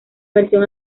versión